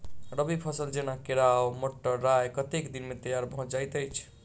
रबी फसल जेना केराव, मटर, राय कतेक दिन मे तैयार भँ जाइत अछि?